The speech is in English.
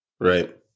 Right